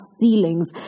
ceilings